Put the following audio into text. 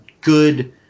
good